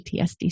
PTSD